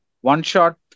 one-shot